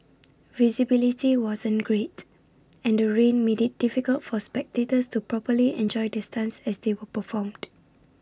visibility wasn't great and the rain made IT difficult for spectators to properly enjoy the stunts as they were performed